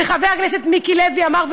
וחבר הכנסת מיקי לוי אמר,